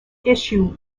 issue